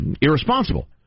Irresponsible